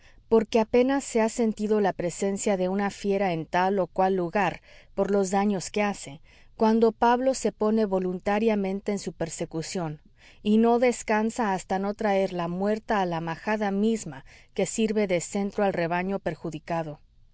porque apenas se ha sentido la presencia de una fiera en tal o cual lugar por los daños que hace cuando pablo se pone voluntariamente en su persecución y no descansa hasta no traerla muerta a la majada misma que sirve de centro al rebaño perjudicado